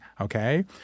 okay